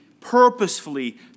purposefully